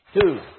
two